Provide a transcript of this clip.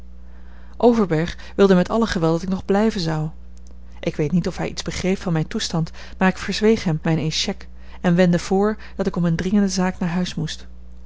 overberg wilde met alle geweld dat ik nog blijven zou ik weet niet of hij iets begreep van mijn toestand maar ik verzweeg hem mijn échec en wendde voor dat ik om eene dringende zaak naar huis moest